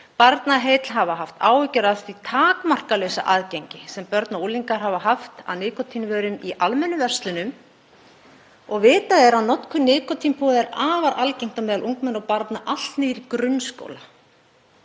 „Barnaheill hafa haft áhyggjur af því takmarkalausa aðgengi sem börn og unglingar hafa haft að nikótínvörum í almennum verslunum og vitað er að notkun nikótínpúða er afar algeng á meðal ungmenna og barna allt niður í grunnskóla.